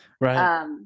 Right